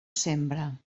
sembra